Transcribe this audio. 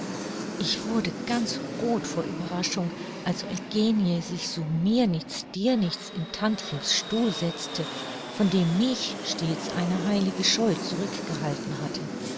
ich wurde ganz roth vor ueberraschung als eugenie sich so mir nichts dir nichts in tantchens stuhl setzte von dem mich stets eine heilige scheu zurückgehalten hatte